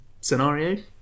scenario